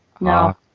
No